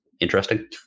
interesting